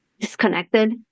disconnected